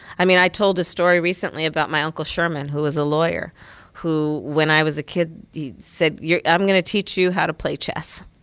i mean, i told a story recently about my uncle sherman who was a lawyer who when i was a kid, he said i'm going to teach you how to play chess